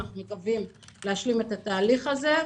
אנחנו מקווים להשלים את התהליך הזה.